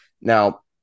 Now